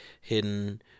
hidden